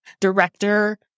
director